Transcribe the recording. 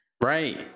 right